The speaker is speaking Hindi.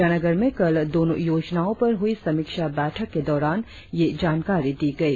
ईटानगर में कल दोनो योजनाओं पर हुई समीक्षा बैठक के दौरान यह जानकारी दी गई